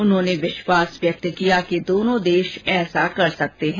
उन्होंने विश्वास व्यक्त किया कि दोनों देश ऐसा कर सकते हैं